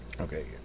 okay